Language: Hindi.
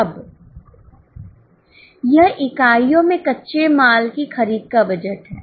अब यह इकाइयों में कच्चे माल की खरीद का बजट है